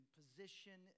position